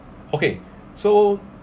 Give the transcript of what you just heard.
okay so